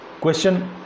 Question